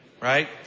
Right